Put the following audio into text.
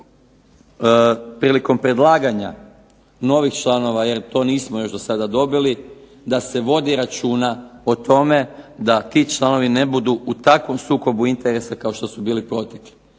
prilikom predlaganja novih članova jer to nismo još dosada dobili, da se vodi računa o tome da ti članovi ne budu u takvom sukobu interesa kao što su bili protekli.